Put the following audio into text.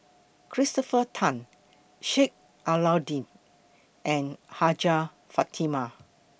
Christopher Tan Sheik Alau'ddin and Hajjah Fatimah